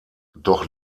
doch